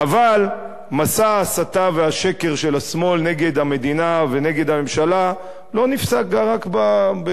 אבל מסע ההסתה והשקר של השמאל נגד המדינה ונגד הממשלה לא נפסק בכך.